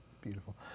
Beautiful